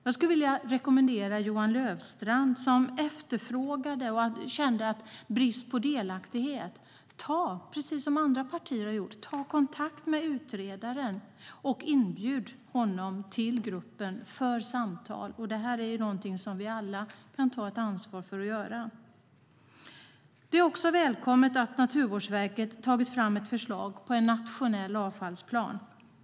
Jag skulle vilja rekommendera Johan Löfstrand som efterfrågade och kände brist på delaktighet att, precis som andra partier har gjort, ta kontakt med utredaren och bjuda in honom till gruppen för samtal. Det här är något som vi alla kan ta ett ansvar för att göra. Det är också välkommet att Naturvårdsverket har tagit fram ett förslag på en nationell avfallsplan.